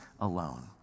alone